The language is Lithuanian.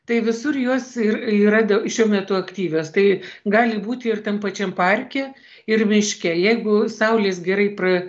tai visur jos ir yra dė šiuo metu aktyvios tai gali būti ir tam pačiam parke ir miške jeigu saulės gerai